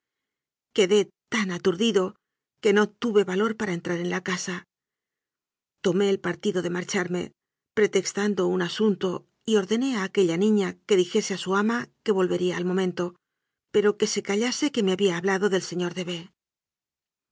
quedé tan aturdido que no tuve valor para entrar en la casa tomé el partido de marcharme pretextando un asunto y ordené a aquella niña que dijese a su ama que volvería al momento pero que se callase que me había hablado del señor de